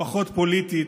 ופחות פוליטית,